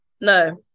No